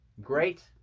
great